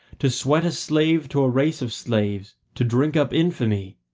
to sweat a slave to a race of slaves, to drink up infamy?